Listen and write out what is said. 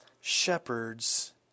shepherds